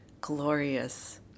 glorious